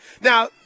Now